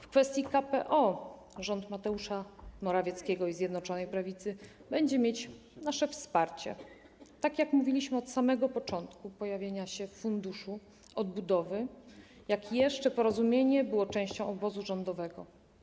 W kwestii KPO rząd Mateusza Morawieckiego i Zjednoczonej Prawicy będzie mieć nasze wsparcie, tak jak mówiliśmy od samego początku pojawienia się Funduszu Odbudowy, gdy jeszcze Porozumienie było częścią obozu rządowego.